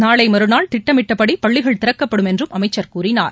நாளை மறுநாள் திட்டமிட்டபடி பள்ளிகள் திறக்கப்படும் என்றும் அமைச்சர் கூறினார்